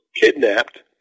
kidnapped